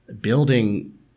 building